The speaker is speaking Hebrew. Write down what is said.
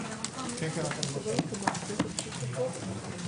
הישיבה ננעלה בשעה 09:56.